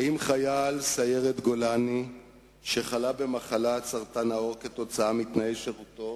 האם חייל סיירת גולני שחלה במחלת סרטן העור כתוצאה מתנאי שירותו